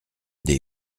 des